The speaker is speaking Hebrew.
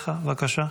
בבקשה.